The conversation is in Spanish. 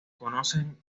conocen